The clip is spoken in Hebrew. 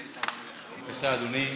בבקשה, אדוני.